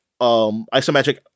isometric